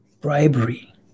bribery